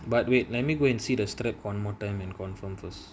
but wait let me go and see the strap one more time and confirm first